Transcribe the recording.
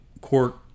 court